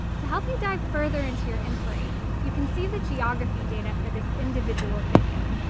to help you dive further into your inquiry you can see the geography data for this individual video.